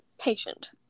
patient